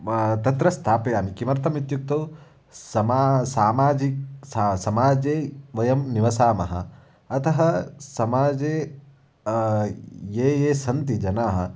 म तत्र स्थापयामि किमर्थम् इत्युक्तौ समा सामाजिक स समाजे वयं निवसामः अतः समाजे ये ये सन्ति जनाः